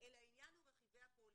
אלא העניין הוא רכיבי הפוליסה,